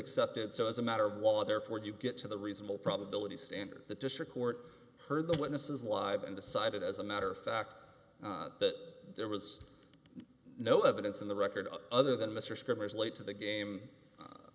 accepted so as a matter of war therefore you get to the reasonable probability standard the district court heard the witnesses live and decided as a matter of fact that there was no evidence in the record other than mr scribner's late to the game